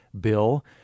bill